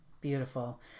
Beautiful